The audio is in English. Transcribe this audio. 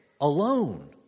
alone